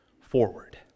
forward